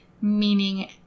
meaning